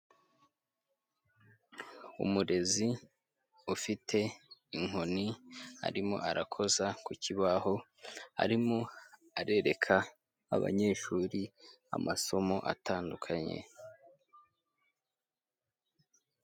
Umurezi ufite inkoni arimo arakoza ku kibaho, arimo arereka abanyeshuri amasomo atandukanye.